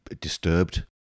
disturbed